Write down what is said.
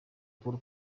paul